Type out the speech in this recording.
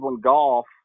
Golf